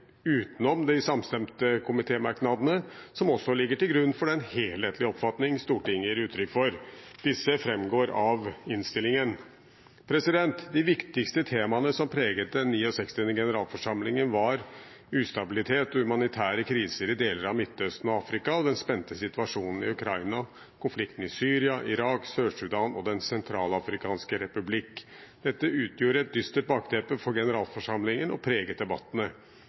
utenom de samstemte komitémerknadene som også ligger til grunn for den helhetlige oppfatning som Stortinget gir uttrykk for. Disse framgår av innstillingen. De viktigste temaene som preget den 69. generalforsamlingen, var ustabilitet og humanitære kriser i deler av Midtøsten og Afrika, den spente situasjonen i Ukraina og konflikter i Syria, Irak, Sør-Sudan og Den sentralafrikanske republikk. Dette utgjorde et dystert bakteppe for generalforsamlingen og preget debattene.